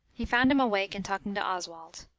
he found him awake and talking to oswald.